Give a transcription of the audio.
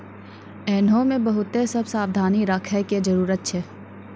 एहनो मे बहुते सभ सावधानी राखै के जरुरत छै